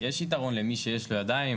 יש יתרון למי שיש ידיים,